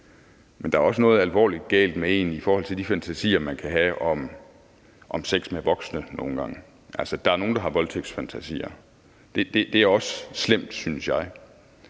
Men der er også noget alvorligt galt med en i forhold til de fantasier, man nogle gange kan have om sex med voksne. Der er nogle, der har voldtægtsfantasier, og det er også slemt, synes jeg,